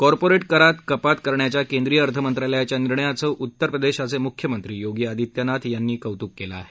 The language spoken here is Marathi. कार्पोरेट करात कपात करण्याच्या केंद्रीय अर्थमंत्रालयाच्या निर्णयाचं उत्तरप्रदेशचे मुख्यमंत्री योगी आदित्यनाथ यांनी कौतुक केलं आहे